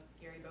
Gary